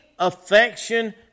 affection